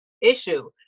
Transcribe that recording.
issue